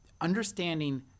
understanding